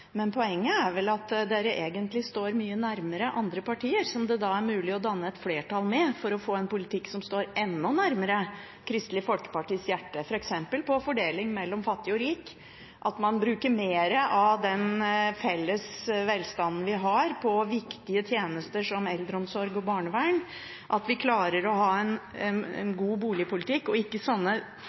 Men poenget er vel at de egentlig står mye nærmere andre partier som det er mulig å danne et flertall sammen med, for å få en politikk som står enda nærmere Kristelig Folkepartis hjerte, f.eks. når det gjelder fordeling mellom fattig og rik, at man bruker mer av den felles velstanden vi har, på viktige tjenester som eldreomsorg og barnevern, og at vi klarer å ha en god boligpolitikk og ikke får sånne